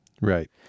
Right